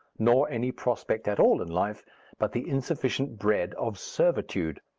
nor any prospect at all in life but the insufficient bread of servitude.